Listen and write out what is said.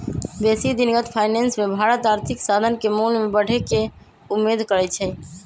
बेशी दिनगत फाइनेंस मे भारत आर्थिक साधन के मोल में बढ़े के उम्मेद करइ छइ